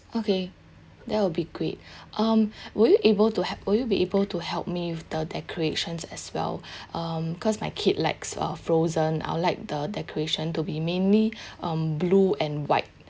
okay that will be great um will you able to have will you be able to help me with the decorations as well um cause my kid likes uh frozen I would like the decoration to be mainly um blue and white